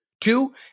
Two